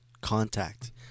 contact –